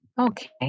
Okay